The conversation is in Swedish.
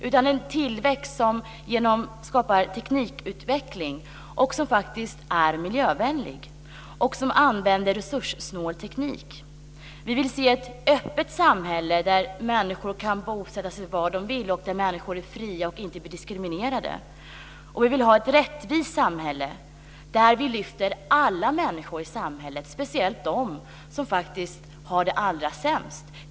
Det ska vara en tillväxt som skapar teknikutveckling, är miljövänlig och använder resurssnål teknik. Vi vill se ett öppet samhälle där människor kan bosätta sig var de vill och där människor är fria och inte blir diskriminerade. Vi vill ha ett rättvist samhälle där vi lyfter alla människor i samhället. Det gäller speciellt dem som har det allra sämst.